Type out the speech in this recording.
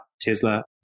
Tesla